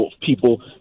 people